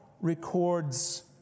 records